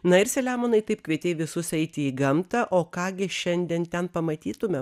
na ir selemonai taip kvietei visus eiti į gamtą o ką gi šiandien ten pamatytume